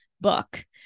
book